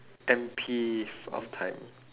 ample of time